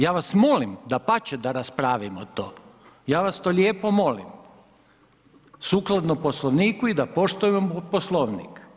Ja vas molim dapače da raspravimo to, ja vas to lijepo molim sukladno Poslovniku i da poštujemo Poslovnik.